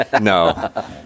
No